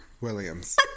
Williams